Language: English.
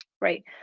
Right